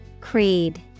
Creed